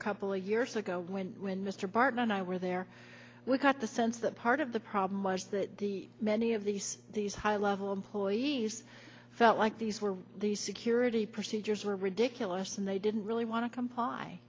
a couple of years ago when when mr barton and i were there was not the sense that part of the problem was that many of these these high level employees i felt like these were the security procedures were ridiculous and they didn't really want to comply